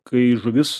kai žuvis į